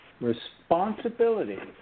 responsibility